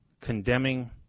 condemning